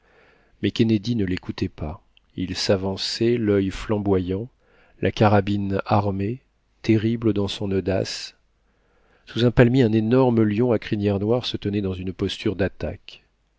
mais kennedy ne l'écoutait pas il s'avançait lil flamboyant la carabine armée terrible dans son audace sous un palmier un énorme lion à crinière noire se tenait dans une posture d'attaque